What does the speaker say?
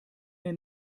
den